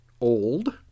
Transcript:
old